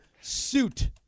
Suit